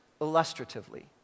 illustratively